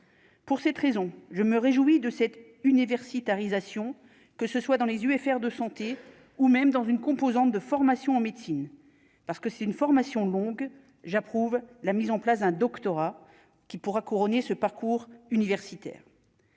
pour cette raison, je me réjouis de cette université Ariza Sion, que ce soit dans les UFR de santé ou même dans une composante de formation en médecine parce que c'est une formation longue, j'approuve la mise en place d'un doctorat qui pourra couronner ce parcours universitaire.